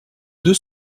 deux